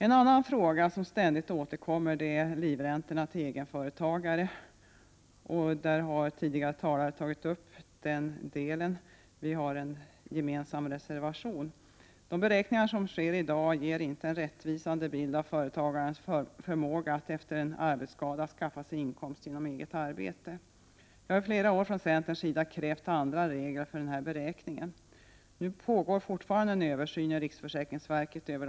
En annan fråga som ständigt återkommer gäller livräntor till egenföretagare. Tidigare talare har berört denna fråga. Vi har en gemensam reservation. De beräkningar som görs i dag ger inte en rättvisande bild av företagarens förmåga att efter en arbetsskada skaffa sig inkomst genom eget arbete. Vi har i flera år från centerns sida krävt andra regler för denna beräkning. En översyn av dessa regler pågår fortfarande inom riksförsäkringsverket, men hundraprocentig kompensation under viss tid av sjukdomen.